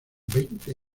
veinte